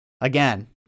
Again